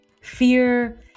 fear